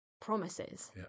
promises